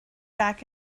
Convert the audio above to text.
back